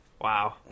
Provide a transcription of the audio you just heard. wow